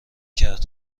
کرد